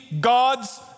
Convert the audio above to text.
God's